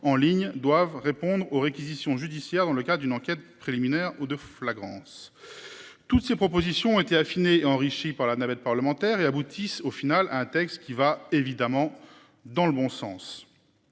en ligne doivent répondre aux réquisitions judiciaires dans le cas d'une enquête préliminaire ou de flagrance. Toutes ces propositions ont été affinées enrichies par la navette parlementaire et aboutissent au final un texte qui va évidemment dans le bon sens.